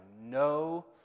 no